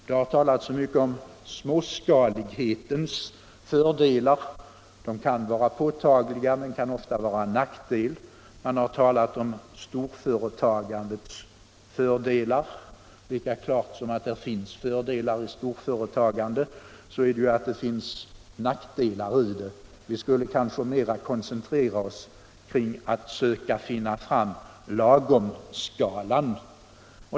Det har talats så mycket om småskalighetens fördelar. Det kan vara påtagliga fördelar, men det kan också vara nackdelar. Man har talat om storföretagandets fördelar. Lika klart som att det finns fördelar med storföretagandet är att det finns nackdelar. Vi skulle kanske mer koncentrera oss på att söka finna lagomskalan.